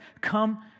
come